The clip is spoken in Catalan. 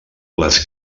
les